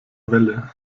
welle